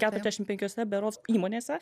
keturiasdešim penkiose berods įmonėse